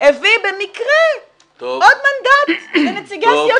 -- הביא במקרה עוד מנדט לנציגי הסיעות